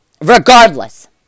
regardless